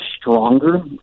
stronger